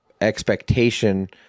expectation